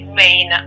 main